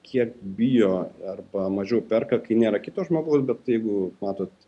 kiek bijo arba mažiau perka kai nėra kito žmogaus bet jeigu matot